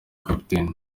kapiteni